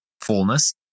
fullness